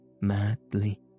madly